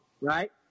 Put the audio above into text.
right